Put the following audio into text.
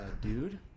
dude